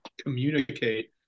communicate